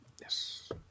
Yes